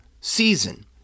season